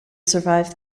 survive